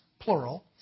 plural